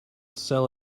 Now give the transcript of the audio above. sell